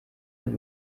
mit